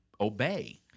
obey